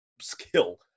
skill